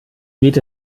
geht